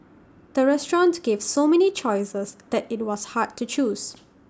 the restaurant gave so many choices that IT was hard to choose